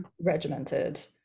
regimented